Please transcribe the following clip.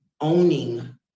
owning